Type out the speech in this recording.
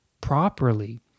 properly